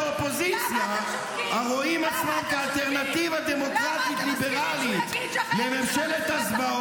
אל תיתנו לו לדבר, תעצרו את זה.